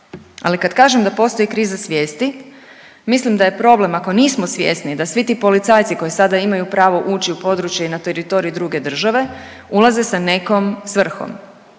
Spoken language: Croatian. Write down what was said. Ali kad kažem da postoji kriza svijesti mislim da je problem ako nismo svjesni da svi ti policajci koji sada imaju pravo ući u područje i na teritorij druge države ulaze sa nekom svrhom.